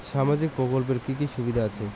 সামাজিক প্রকল্পের কি কি সুবিধা আছে?